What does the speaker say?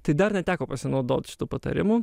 tai dar neteko pasinaudot šituo patarimu